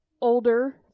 Older